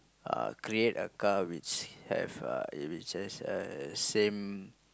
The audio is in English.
uh create a car which have uh which has a same